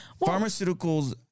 Pharmaceuticals